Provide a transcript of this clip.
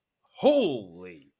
Holy